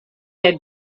had